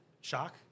Shock